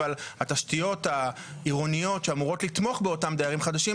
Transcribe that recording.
אבל התשתיות העירוניות שמאורות לתמוך באותם דיירים חדשים,